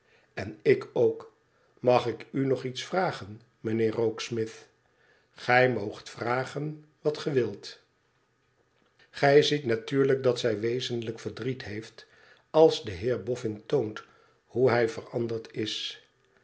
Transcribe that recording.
n ik ook mag ik u nog iets vragen mijnheer rokensmith gij moogt vragen wat ge wilt gij ziet natuurlijk dat zij wezenlijk verdriet heeft als de heer boffin toont hoe hij veranderd is